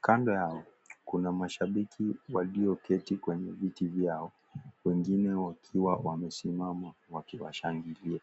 ,kando yao kuna mashabiki walioketi kwenye vitu vyao wengine wakiwa wamesimama wakiwashangilia.